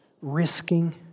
Risking